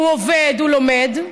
הוא עובד, הוא לומד.